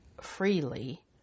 freely